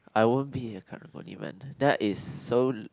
I won't be a Karang-Guni man that is so l~